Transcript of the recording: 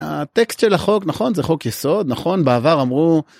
הטקסט של החוק נכון, זה חוק יסוד, נכון, בעבר אמרו...